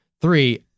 Three